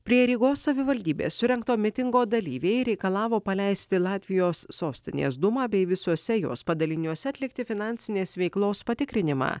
prie rygos savivaldybės surengto mitingo dalyviai reikalavo paleisti latvijos sostinės dūmą bei visose jos padaliniuose atlikti finansinės veiklos patikrinimą